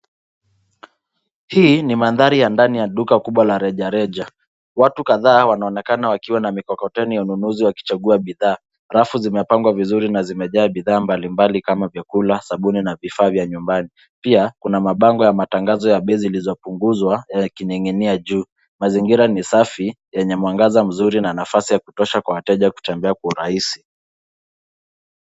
Hii ni mandhari ya duka kubwa la rejareja . Watu kadhaa wanaonekana kwenye mikokoteni wanunuzi wakinunua bidhaa . Rafu zimepangwa vizuri na jimejaa bidhaa mbalimbali kama vyakula , sabuni na vifaa vya nyumbani . Pia , kuna mabango ya matangazo ya bei zilizopunguzwa yakining'inia juu. Mazingira ni safi yenye mwangaza mzuri na nafasi ya kutosha kwa wateja kutembea kwa urahisi .